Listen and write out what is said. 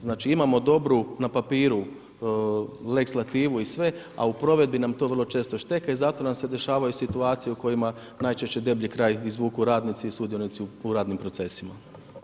Znači imamo dobru, na papiru, lex legativu i sve, a u provedbi nam to vrlo često šteka i zato nam se događaju situacije u kojima najčešće deblji kraj izvuku radnici i sudionici u radnim procesima.